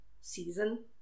season